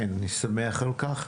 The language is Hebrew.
אין, ואני שמח על כך.